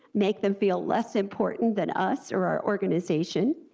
make them feel less important than us or our organization,